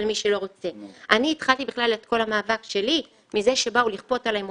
חס וחלילה כבר נפגע מזה אז הוא אבל האם אנחנו לא יכולים משהו להמונים,